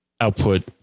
output